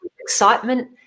excitement